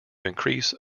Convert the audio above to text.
increase